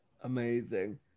Amazing